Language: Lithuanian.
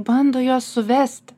bando juos suvesti